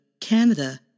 Canada